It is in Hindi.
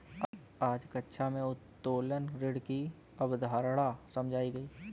आज कक्षा में उत्तोलन ऋण की अवधारणा समझाई गई